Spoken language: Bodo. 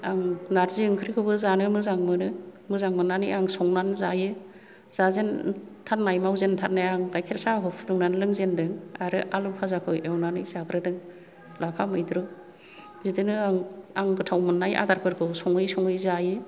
आं नार्जि ओंख्रिखौबो जानो मोजां मोनो मोजां मोननानै आं संनानै जायो जाजेनथारनाय मावजेथारनाइया आं गाइखेर साहाखौ फुदुंनानै लोंजेनदों आरो आलु फाजाखौ एवनानै जाग्रोदों लाफा मैद्रु बिदिनो आं आं गोथाव मोननाय आदारफोरखौ सङै सङै जायो